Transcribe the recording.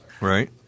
Right